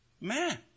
man